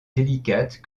délicate